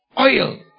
Oil